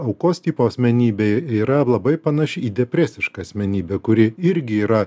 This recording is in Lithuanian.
aukos tipo asmenybė yra labai panaši į depresišką asmenybę kuri irgi yra